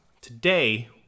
today